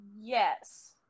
Yes